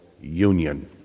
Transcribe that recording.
union